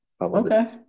Okay